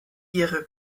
ihre